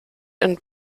and